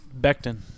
Becton